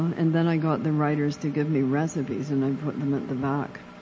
and then i got the writers to give me recipes, and i'd put them at the back.